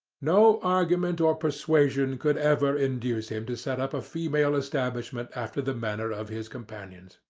no argument or persuasion could ever induce him to set up a female establishment after the manner of his companions.